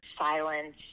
silence